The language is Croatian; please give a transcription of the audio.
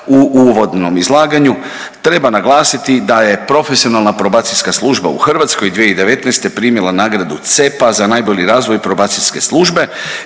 u uvodnom izlaganju. Treba naglasiti da je profesionalna probacijska u Hrvatskoj 2019. primila nagradu CEEP-a za najbolji probacijske službe